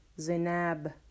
Zainab